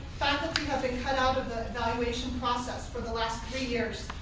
faculty have been cut out of the evaluation process for the last three years.